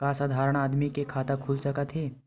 का साधारण आदमी के खाता खुल सकत हे?